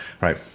right